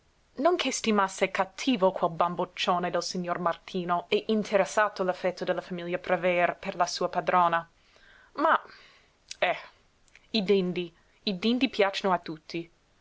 non che stimasse cattivo quel bamboccione del signor martino e interessato l'affetto della famiglia prever per la sua padrona ma eh i dindi i dindi piacciono a tutti